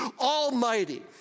almighty